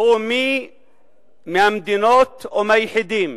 הוא מי מהמדינות או מהיחידים